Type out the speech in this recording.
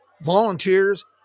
volunteers